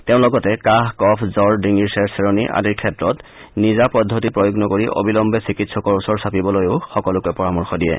তেওঁ লগতে কাহ কফ জ্বৰ ডিঙিৰ চেৰচেৰণি আদিৰ ক্ষেত্ৰত নিজা পদ্ধতি প্ৰয়োগ নকৰি অবিলম্বে চিকিৎসকৰ ওচৰ চাপিবলৈও সকলোকে পৰামৰ্শ দিয়ে